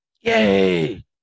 Yay